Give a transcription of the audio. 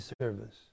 service